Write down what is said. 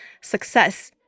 success